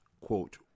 quote